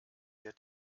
der